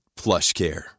PlushCare